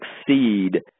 exceed